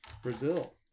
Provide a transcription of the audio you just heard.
Brazil